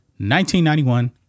1991